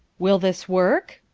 will this worke?